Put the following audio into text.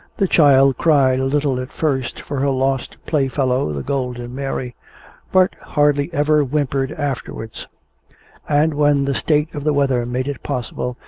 the child cried a little at first for her lost playfellow, the golden mary but hardly ever whimpered afterwards and when the state of the weather made it possible,